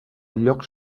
llocs